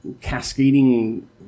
cascading